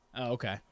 okay